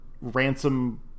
Ransom